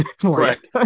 Correct